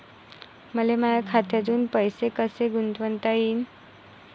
मले माया खात्यातून पैसे कसे गुंतवता येईन?